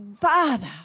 father